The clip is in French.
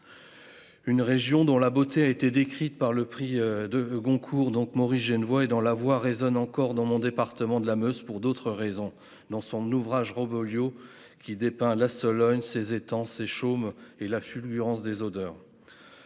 Une région dont la beauté a été décrite par le prix de Goncourt donc Maurice Genevoix et dans la voix résonne encore dans mon département de la Meuse pour d'autres raisons. Dans son ouvrage, Lio qui dépeint la Sologne ses étant ses chaume et la fulgurance des odeurs.